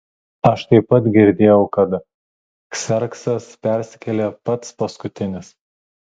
aš taip pat girdėjau kad kserksas persikėlė pats paskutinis